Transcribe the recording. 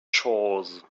chores